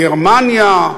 "גרמניה",